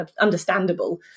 understandable